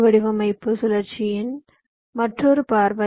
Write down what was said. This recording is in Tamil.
ஐ வடிவமைப்பு சுழற்சியின் மற்றொரு பார்வை